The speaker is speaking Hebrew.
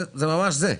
זה ממש זה.